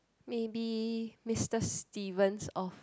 maybe Mr Steven's of